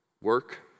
Work